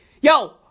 Yo